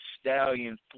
Stallion